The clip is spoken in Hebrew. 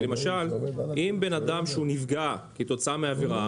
כי למשל אם בן אדם שהוא נפגע כתוצאה מעבירה,